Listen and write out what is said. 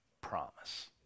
promise